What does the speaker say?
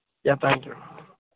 yeah thank you